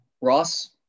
Ross